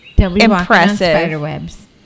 impressive